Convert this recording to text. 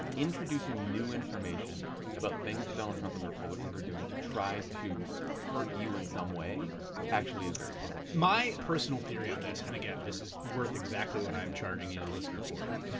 introducing new information about things that donald trump and the republicans are doing to try to hurt you in some way actually is very potent. my personal theory on this, and again this is worth exactly what i'm charging you, the listener, for it,